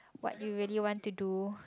what you really want to do